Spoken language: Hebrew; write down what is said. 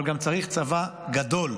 אבל גם צריך צבא גדול,